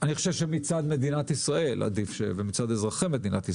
לדעתי זה עדיף מצד מדינת ישראל ומצד אזרחי מדינת ישראל.